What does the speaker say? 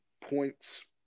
points